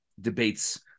debates